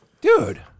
dude